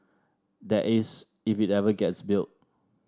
that is if it ever gets built